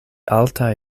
altaj